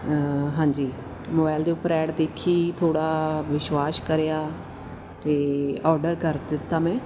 ਹਾਂਜੀ ਮੋਬਾਈਲ ਦੇ ਉੱਪਰ ਐਡ ਦੇਖੀ ਥੋੜ੍ਹਾ ਵਿਸ਼ਵਾਸ ਕਰਿਆ ਅਤੇ ਆਰਡਰ ਕਰ ਦਿੱਤਾ ਮੈਂ